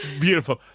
Beautiful